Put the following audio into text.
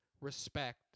respect